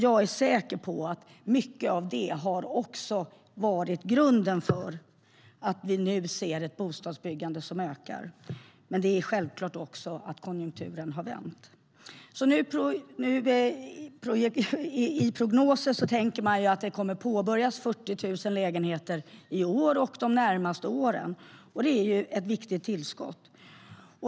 Jag är säker på att mycket av det också har varit grunden för att vi nu ser ett bostadsbyggande som ökar. Men det handlar självfallet också om att konjunkturen har vänt.I prognoser tänker man sig nu att det kommer att påbörjas 40 000 lägenheter i år och de närmaste åren. Det är ett viktigt tillskott.